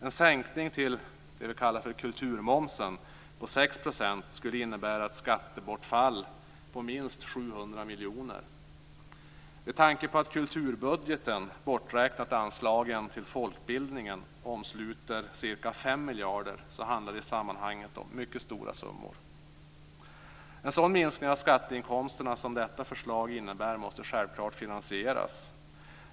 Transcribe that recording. En sänkning av det som vi kallar för kulturmomsen till 6 % skulle innebära ett skattebortfall på minst 700 miljoner. Med tanke på att kulturbudgeten, borträknat anslagen till folkbildningen, omsluter ca 5 miljarder handlar det i sammanhanget om mycket stora summor. En sådan minskning av skatteinkomsterna som detta förslag innebär måste självklart finansieras.